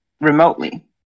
remotely